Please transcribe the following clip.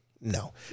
no